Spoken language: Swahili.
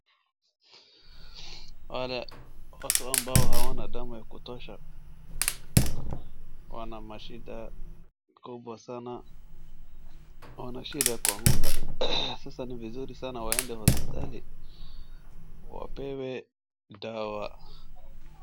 Wale watu ambao hawana damu ya kutosha wana mashida kubwa sana, wana shida ya kuanguka, sasa ni vizuri sana waende hosiptali wapewe dawa.